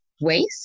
waste